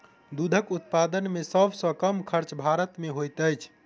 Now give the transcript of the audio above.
दूधक उत्पादन मे सभ सॅ कम खर्च भारत मे होइत छै